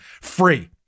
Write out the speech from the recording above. free